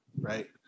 right